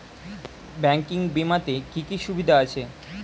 Banking বিমাতে কি কি সুবিধা আছে?